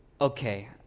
okay